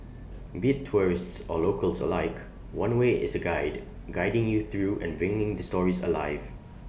be tourists or locals alike one way is A guide guiding you through and bringing the stories alive